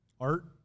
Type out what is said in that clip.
Art